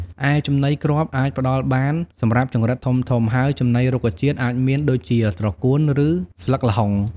ឯចំណីគ្រាប់អាចផ្តល់បានសម្រាប់ចង្រិតធំៗ ហើយចំណីរុក្ខជាតិអាចមានដូចជាត្រកួន ឬស្លឹកល្ហុង។